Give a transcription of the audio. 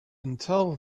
until